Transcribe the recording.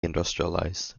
industrialized